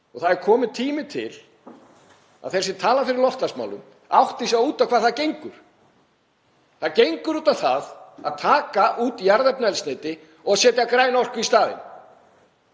Það er kominn tími til að þeir sem tala fyrir loftslagsmálum átti sig á út á hvað það gengur. Það gengur út á það að taka út jarðefnaeldsneyti og setja græna orku í staðinn.